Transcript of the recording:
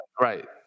right